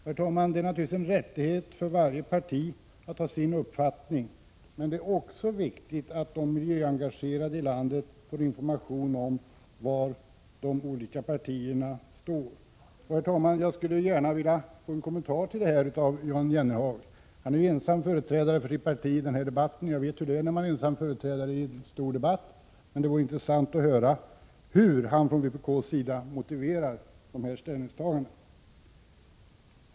Det är naturligtvis en rättighet för varje parti att ha sin uppfattning, men det är också viktigt att de miljöengagerade i landet får information om var de olika partierna står. Herr talman! Jag skulle gärna vilja få en kommentar till detta av Jan Jennehag. Han är visserligen ensam företrädare för sitt parti i den här debatten, och jag vet hur det kan vara när man är ensam företrädare för ett parti i en stor debatt. Men det vore ändå intressant att få höra hur han motiverar vpk:s ställningstaganden i dessa frågor.